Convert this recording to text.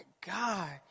God